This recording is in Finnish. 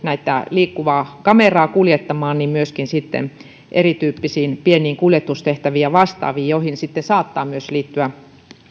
liikkuvaa kameraa kuljettamaan myöskin erityyppisiin pieniin kuljetustehtäviin ja vastaaviin joihin sitten saattaa liittyä myös